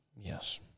Yes